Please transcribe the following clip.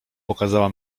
pokazała